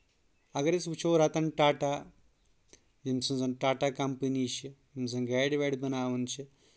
اگر أسۍ وٕچھو رَتَن ٹاٹا ییٚمہِ سٕنٛز زَن ٹاٹا کَمپٔنی چھِ یِم زن گاڑِ واڈۍ بناوان چھِ